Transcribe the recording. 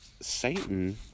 Satan